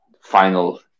final